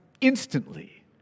instantly